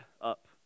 up